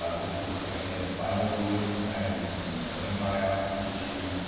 ah this is again spinal fluid, sometimes it can be brain biopsy tissue,